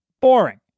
boring